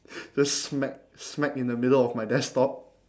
just smack smack in the middle of my desktop